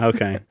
Okay